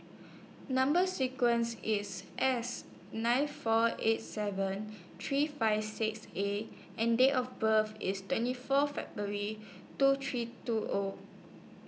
Number sequence IS S nine four eight seven three five six A and Date of birth IS twenty four February two three two O